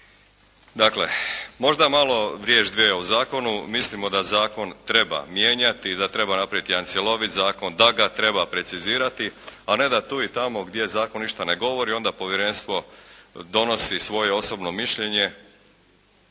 Dakle, možda malo riječ dvije o zakonu. Mislimo da zakon treba mijenjati i da treba napraviti jedan cjelovit zakon, da ga treba precizirati, a ne da tu i tamo gdje zakon ništa ne govori, onda povjerenstvo donosi svoje osobno mišljenje